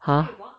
!huh!